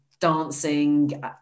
dancing